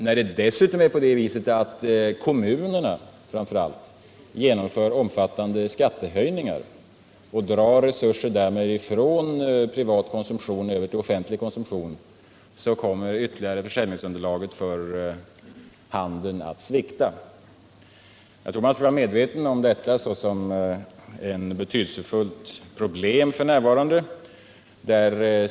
När dessutom framför allt kommunerna genomför omfattande skattehöjningar och därmed drar resurser från privat konsumtion till offentlig konsumtion kommer försäljningsunderlaget för handelns del att svikta ännu mera. Jag tror att man bör vara medveten om att det här är ett betydelsefullt problem i dag.